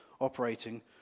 operating